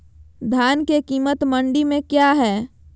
धान के कीमत मंडी में क्या है?